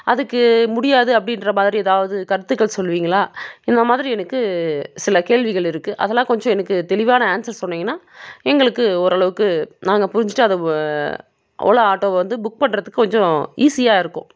அதுக்கு முடியாது அப்படின்ற மாதிரி எதாவது கருத்துக்கள் சொல்லுவீங்ளா இந்த மாதிரி எனக்கு சில கேள்விகள் இருக்குது அதெலாம் கொஞ்சம் எனக்கு தெளிவான ஆன்சர் சொன்னிங்ன்னால் எங்களுக்கு ஓரளவுக்கு நாங்கள் புரிஞ்சுட்டு அதை ஓலோ ஆட்டோவை வந்து புக் பண்ணுறதுக்கு கொஞ்சம் ஈஸியாக இருக்கும்